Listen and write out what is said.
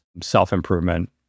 self-improvement